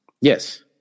Yes